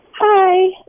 Hi